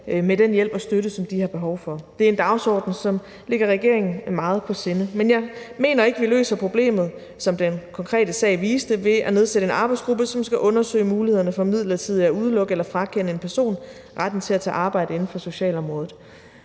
med den hjælp og støtte, som de har behov for. Det er en dagsorden, som ligger regeringen meget på sinde. Men jeg mener ikke, at vi løser problemet, som den konkrete sag viste, ved at nedsætte en arbejdsgruppe, som skal undersøge mulighederne for midlertidigt at udelukke eller frakende en person retten til at tage arbejde inden for socialområdet.